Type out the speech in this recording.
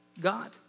God